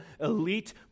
elite